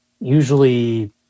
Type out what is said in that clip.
Usually